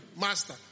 master